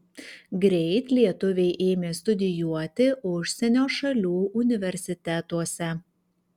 greit lietuviai ėmė studijuoti užsienio šalių universitetuose